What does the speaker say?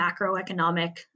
macroeconomic